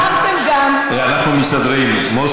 אמרתם גם, אנחנו מסתדרים.